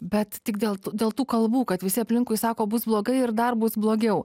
bet tik dėl dėl tų kalbų kad visi aplinkui sako bus blogai ir dar bus blogiau